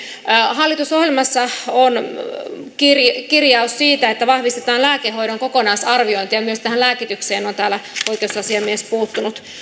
hallitusohjelmassa on kirjaus siitä että vahvistetaan lääkehoidon kokonaisarviointia ja myös tähän lääkitykseen on täällä oikeusasiamies puuttunut